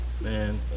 man